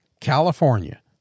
California